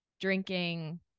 drinking